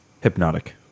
Hypnotic